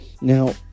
Now